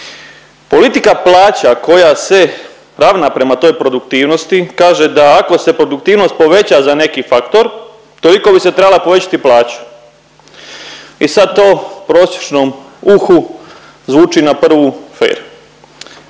Politika plaća koja se ravna prema toj produktivnosti kaže ako se produktivnost poveća za neki faktor toliko bi se trebala povećati plaća. I sad to prosječnom uhu zvuči na prvu fer,